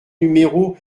numéro